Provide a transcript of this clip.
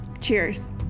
Cheers